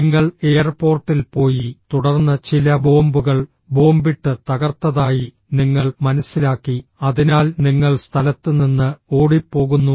നിങ്ങൾ എയർപോർട്ടിൽ പോയി തുടർന്ന് ചില ബോംബുകൾ ബോംബിട്ട് തകർത്തതായി നിങ്ങൾ മനസ്സിലാക്കി അതിനാൽ നിങ്ങൾ സ്ഥലത്തു നിന്ന് ഓടിപ്പോകുന്നു